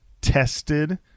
Tested